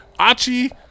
achi